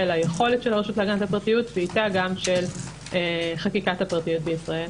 היכולת של הרשות להגנת פרטיות ואיתה גם של חקיקת הפרטיות בישראל.